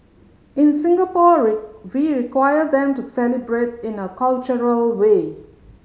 in Singapore we require them to celebrate in a cultural way